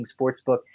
Sportsbook